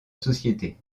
société